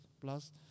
plus